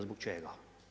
Zbog čega?